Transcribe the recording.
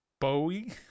Bowie